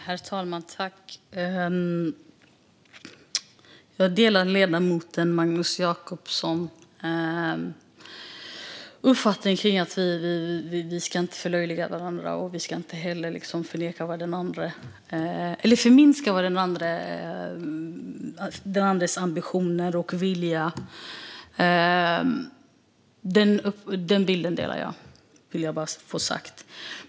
Herr talman! Jag delar ledamoten Magnus Jacobssons uppfattning att vi inte ska förlöjliga varandra eller förminska den andres ambitioner och vilja. Den bilden delar jag, vill jag bara få sagt.